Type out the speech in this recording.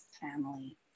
family